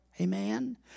Amen